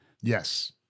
Yes